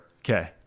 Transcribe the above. Okay